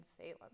Salem